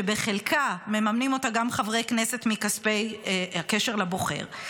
שבחלקה מממנים אותה גם חברי כנסת מכספי הקשר לבוחר,